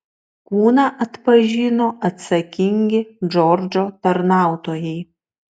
kūną atpažino atsakingi džordžo tarnautojai